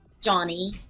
Johnny